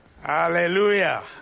Hallelujah